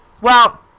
Well-